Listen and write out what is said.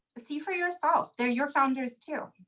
see for yourself. they're your founders, too?